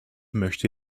möchte